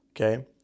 okay